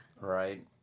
right